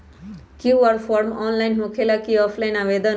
QR form online होकेला कि offline आवेदन?